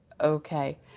okay